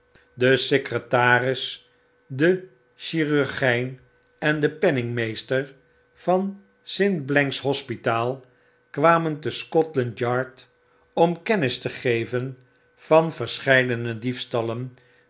de secretaris de chirurgijn endepenningmeester van st blank's hospitaal kwamen te scotland yard om kennis te geven van verscheidene diefstallen